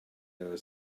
never